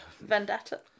Vendetta